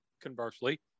conversely